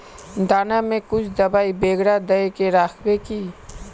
दाना में कुछ दबाई बेगरा दय के राखबे की?